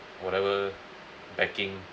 whatever backing